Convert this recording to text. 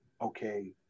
okay